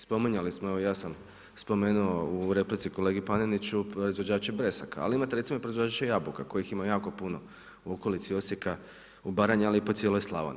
Spominjali smo, evo ja sam spomenuo u replici kolegi Paneniću proizvođače bresaka, ali imate recimo i proizvođače jabuka kojih ima jako puno u okolici Osijeka, u Baranji ali i po cijeloj Slavoniji.